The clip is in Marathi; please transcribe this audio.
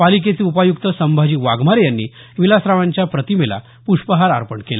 पालिकेचे उपायुक्त संभाजी वाघमारे यांनी विलासरावांच्या प्रतिमेला प्ष्पहार अर्पण केला